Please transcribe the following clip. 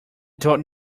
dot